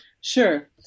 Sure